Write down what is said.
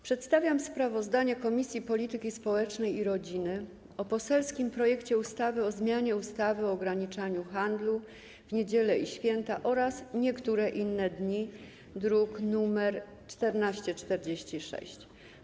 Przedstawiam sprawozdanie Komisji Polityki Społecznej i Rodziny o poselskim projekcie ustawy o zmianie ustawy o ograniczeniu handlu w niedziele i święta oraz niektóre inne dni, druk nr 1446.